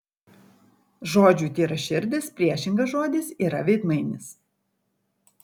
žodžiui tyraširdis priešingas žodis yra veidmainis